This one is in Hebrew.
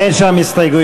אין שם הסתייגויות.